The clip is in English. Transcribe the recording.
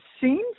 seems